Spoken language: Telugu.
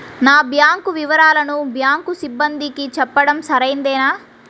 నా బ్యాంకు వివరాలను బ్యాంకు సిబ్బందికి చెప్పడం సరైందేనా?